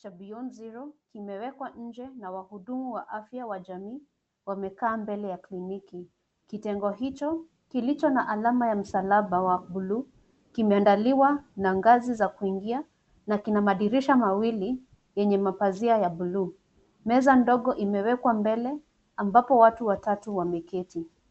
cha Beyond Zero kimewekwa nje na wahudumu wa afya wa jamii wamekaa mbele ya kliniki. Kitengo hicho kilicho na alama ya msalaba wa bluu kimeandaliwa na ngazi za kuingia na kuna madirisha mawili yenye mapazia ya bluu. Meza ndogo imewekwa mbele ambapo watu watatu wameketi.